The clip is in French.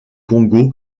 congo